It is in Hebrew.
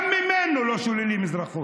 גם ממנו לא שוללים אזרחות.